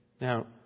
Now